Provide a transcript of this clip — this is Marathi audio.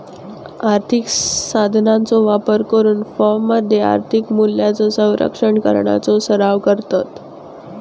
आर्थिक साधनांचो वापर करून फर्ममध्ये आर्थिक मूल्यांचो संरक्षण करण्याचो सराव करतत